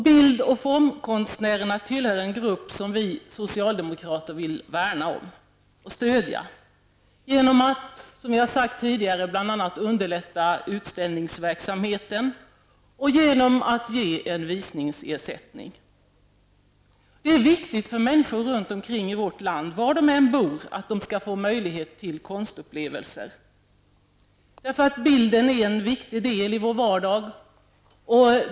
Bild och formkonstnärer tillhör en grupp som vi socialdemokrater vill värna om och stödja genom att bl.a. underlätta utställningsverksamheten och genom att ge en visningsersättning. Det är viktigt att människor runt om i vårt land, var de än bor, får möjlighet till konstupplevelser. Bilden är en viktig del i vår vardag.